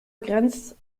grenzt